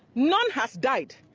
none has died.